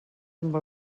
amb